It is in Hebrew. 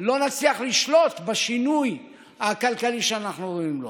לא נצליח לשלוט בשינוי הכלכלי שאנחנו ראויים לו.